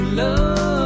love